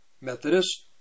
Methodist